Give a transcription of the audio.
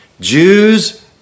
jews